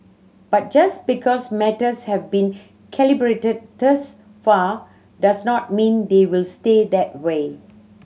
but just because matters have been calibrated thus far does not mean they will stay that way